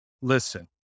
Listen